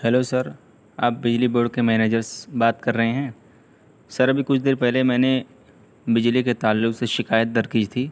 hello sir آپ بجلی board کے مینیجرس بات کر رہے ہیں سر ابھی کچھ دیر پہلے میں نے بجلی کے تعلق سے شکایت درج کی تھی